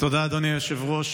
תודה, אדוני היושב-ראש.